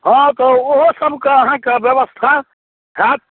हाँ तऽ ओहो सभके अहाँक व्यवस्था हैत